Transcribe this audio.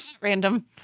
Random